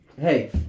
hey